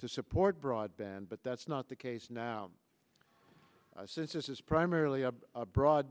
to support broadband but that's not the case now since this is primarily a broad